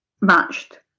matched